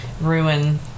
ruin